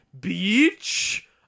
Beach